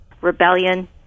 rebellion